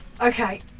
Okay